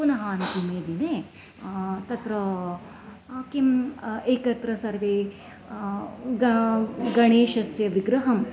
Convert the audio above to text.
पुनः अन्तिमे दिने तत्र किम् एकत्र सर्वे गणेशस्य विग्रहं